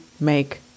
make